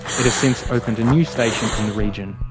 it has since opened a new station in the region.